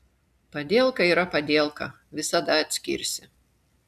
padielka yra padielka visada atskirsi